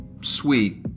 sweet